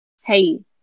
hey